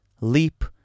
Leap